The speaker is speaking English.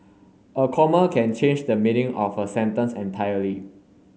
a comma can change the meaning of a sentence entirely